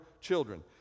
children